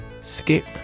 Skip